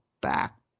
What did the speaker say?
back